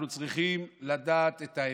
אנחנו צריכים לדעת את האמת.